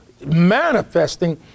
manifesting